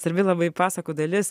svarbi labai pasakų dalis